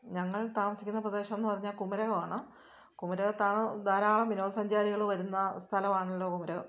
ഞങ്ങൾ താമസിക്കുന്ന പ്രദേശമെന്നു പറഞ്ഞാൽ കുമരകമാണ് കുമരകത്താണ് ധാരാളം വിനോദ സഞ്ചാരികൾ വരുന്ന സ്ഥലമാണല്ലൊ കുമരകം